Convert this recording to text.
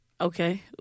Okay